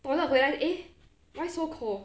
toilet 回来 eh why so cold